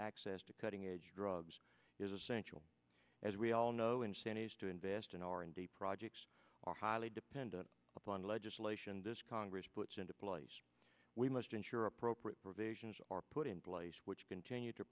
access to cutting edge drugs is essential as we all know incentives to invest in r and d projects are highly dependent upon legislation this congress puts into place we must ensure appropriate provisions are put in place which continue to